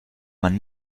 man